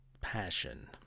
passion